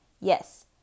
Yes